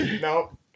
No